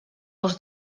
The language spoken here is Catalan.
els